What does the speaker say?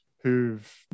who've